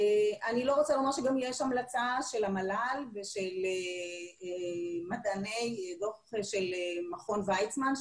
יש גם המלצה של המל"ל ושל מדעני דוח של מכון וייצמן,